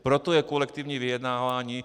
Proto je kolektivní vyjednávání.